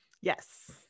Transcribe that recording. Yes